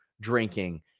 drinking